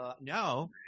no